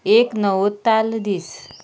एक नवोताल्ल दीस